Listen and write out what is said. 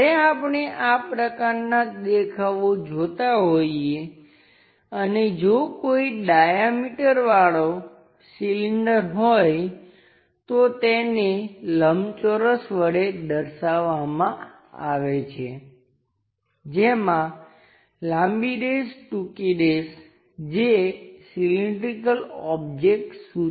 જ્યારે આપણે આ પ્રકારના દેખાવો જોતાં હોઈએ અને જો કોઈ ડાયમિટરવાળો સિલિંડર હોય તો તેને લંબચોરસ વડે દર્શાવવામાં આવે છે જેમાં લાંબી ડેશ ટૂંકી ડેશ જે સિલીંડ્રિકલ ઓબ્જેક્ટ સૂચવે છે